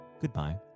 goodbye